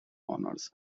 honors